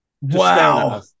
Wow